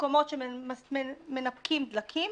מקומות שמנפקים דלקים.